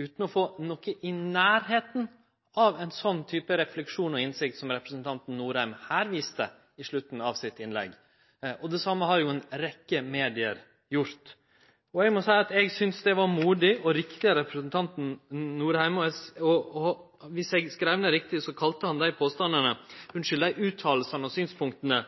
utan å få noko i nærleiken av ein slik refleksjon og innsikt som representanten Norheim her viste på slutten av sitt innlegg. Det same har ei rekkje medium gjort. Eg må seie at eg synest dette var modig og riktig av representanten Norheim. Viss eg skreiv ned riktig, kalla han dei utsegnene og synspunkta